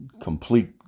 complete